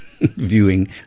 viewing